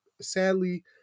sadly